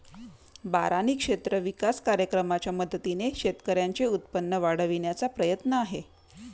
बारानी क्षेत्र विकास कार्यक्रमाच्या मदतीने शेतकऱ्यांचे उत्पन्न वाढविण्याचा प्रयत्न आहे